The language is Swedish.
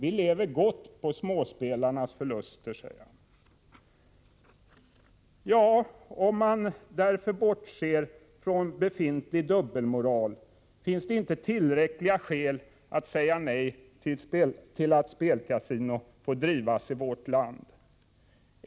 Vi lever gott på småspelarnas förluster”, säger han. Om man bortser från befintlig dubbelmoral finns det således inte tillräckliga skäl att säga nej till att spelkasinon får drivas i vårt land.